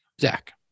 Zach